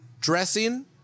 dressing